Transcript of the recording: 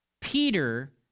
Peter